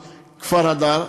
הר-אדר,